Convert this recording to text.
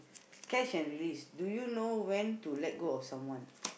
catch and release do you know when to let go of someone